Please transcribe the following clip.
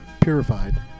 purified